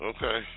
Okay